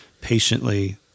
patiently